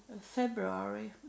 February